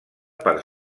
per